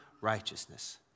righteousness